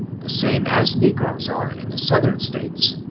the same as negroes are in the southern states,